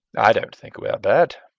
i don't think we are bad.